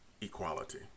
equality